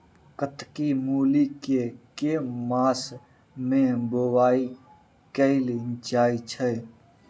कत्की मूली केँ के मास मे बोवाई कैल जाएँ छैय?